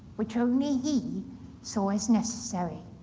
which only he saw as necessary.